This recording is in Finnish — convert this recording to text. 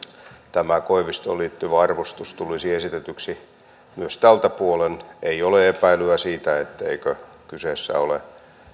tämä koivistoon liittyvä arvostus tulisi esitetyksi myös tältä puolen ei ole epäilyä siitä etteikö kyseessä ole